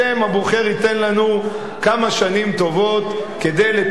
הבוחר ייתן לנו כמה שנים טובות כדי לתקן